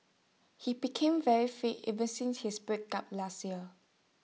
he became very fit ever since his breakup last year